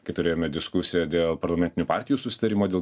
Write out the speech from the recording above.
kai turėjome diskusiją dėl parlamentinių partijų susitarimo dėl